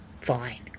Fine